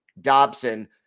Dobson